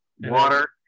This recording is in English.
water